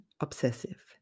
obsessive